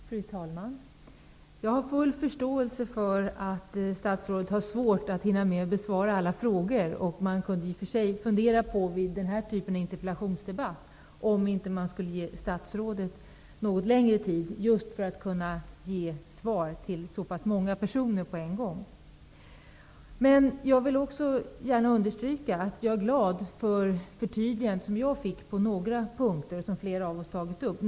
Fru talman! Jag har full förståelse för att statsrådet har svårt att hinna med att besvara alla frågor. Vid den här typen av interpellationsdebatt kunde man i och för sig fundera på om inte statsrådet skulle kunna ges något längre tid för att få möjlighet att ge svar till så pass många personer samtidigt. Jag vill understryka att jag är glad över de förtydliganden jag fick på några punkter som flera av oss tagit upp.